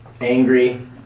angry